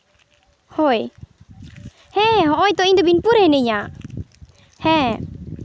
ᱦᱳᱭ ᱦᱮᱸ ᱦᱚᱜᱼᱚᱭ ᱛᱚ ᱤᱧᱫᱚ ᱵᱤᱱᱯᱩᱨ ᱨᱮ ᱢᱱᱟᱹᱧᱟᱹ ᱦᱮᱸ